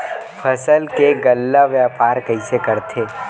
फसल के गल्ला व्यापार कइसे करथे?